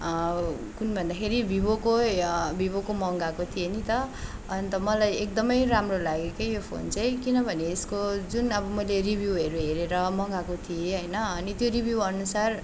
कुन भन्दाखेरि भिभोकै भिभोको मँगाएको थिएँ नि त अन्त मलाई एकदमै राम्रो लाग्यो क्या यो फोन चाहिँ किनभने यसको जुन अब मैले रिभ्यूहरू हेरेर मँगाएको थिएँ होइन अन्त त्यो रिभ्यूअनुसार